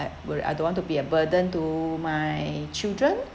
well I don't want to be a burden to my children